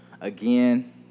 again